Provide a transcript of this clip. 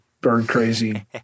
bird-crazy